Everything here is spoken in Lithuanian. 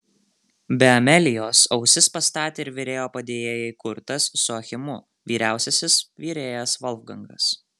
be amelijos ausis pastatė ir virėjo padėjėjai kurtas su achimu vyriausiasis virėjas volfgangas